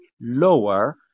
lower